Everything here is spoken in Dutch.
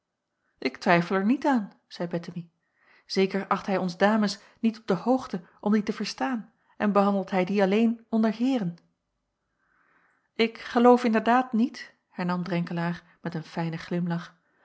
ik twijfel er niet aan zeî bettemie zeker acht hij ons dames niet op de hoogte om die te verstaan en behandelt hij die alleen onder heeren ik geloof inderdaad niet hernam drenkelaer met een fijnen glimlach